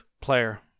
player